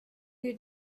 you